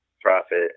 Profit